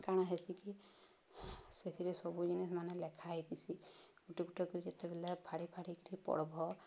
କାଣା ହେଇଛିକି ସେଥିରେ ସବୁ ଜିନିଷ୍ମାନେ ଲେଖା ହେଇଥିସି ଗୁଟେ ଗୁଟକ ଯେତେବେଲେ ଫାଡ଼ି ଫାଡ଼ିିକିରି ପଢ଼୍ବ